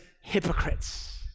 hypocrites